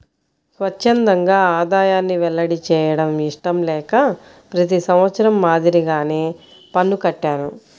స్వఛ్చందంగా ఆదాయాన్ని వెల్లడి చేయడం ఇష్టం లేక ప్రతి సంవత్సరం మాదిరిగానే పన్ను కట్టాను